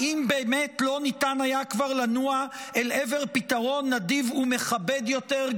האם באמת לא ניתן היה כבר לנוע אל עבר פתרון נדיב ומכבד יותר,